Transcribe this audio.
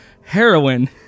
Heroin